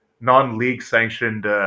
non-league-sanctioned